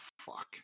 fuck